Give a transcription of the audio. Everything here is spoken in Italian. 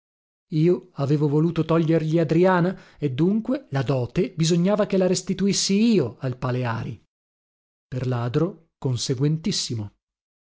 io avevo voluto togliergli adriana e dunque la dote bisognava che la restituissi io al paleari per ladro conseguentissimo ladro ma